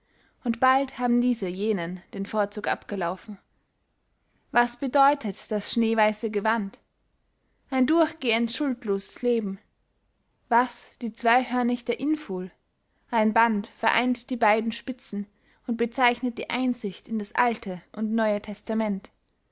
und bald haben diese jenen den vorzug abgelaufen was bedeutet das schneeweise gewand ein durchgehends schuldloses leben was die zweyhörnichte inful ein band vereint die beyden spitzen und bezeichnet die einsicht in das alte und neue testament